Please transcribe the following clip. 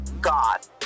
God